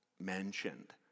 mentioned